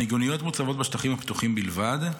המיגוניות מוצבות בשטחים הפתוחים בלבד,